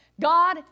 God